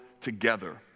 together